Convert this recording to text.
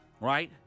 right